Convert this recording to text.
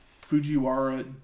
Fujiwara